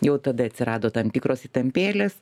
jau tada atsirado tam tikros įtampėlės